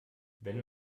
wenn